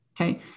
okay